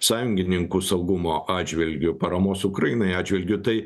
sąjungininkų saugumo atžvilgiu paramos ukrainai atžvilgiu tai